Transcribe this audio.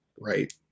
right